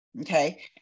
Okay